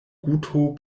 guto